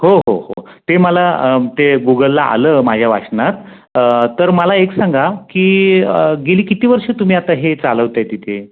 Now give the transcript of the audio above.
हो हो हो ते मला ते गुगलला आलं माझ्या वाचनात तर मला एक सांगा की गेली किती वर्षं तुम्ही आता हे चालवत आहे तिथे